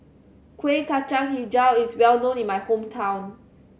Kueh Kacang Hijau is well known in my hometown